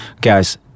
Guys